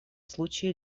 случае